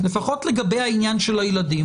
לפחות לגבי העניין של הילדים,